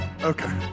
Okay